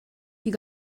you